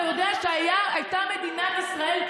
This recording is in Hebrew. אתה יודע שמדינת ישראל,